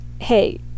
hey